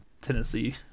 Tennessee